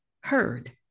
heard